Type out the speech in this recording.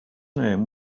name